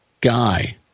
guy